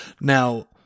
now